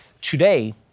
today